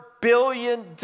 billion